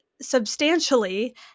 substantially